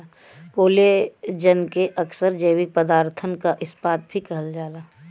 collagen के अक्सर जैविक पदारथन क इस्पात भी कहल जाला